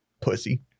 Pussy